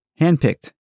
handpicked